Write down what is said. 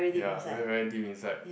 ya very very deep inside